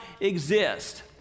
exist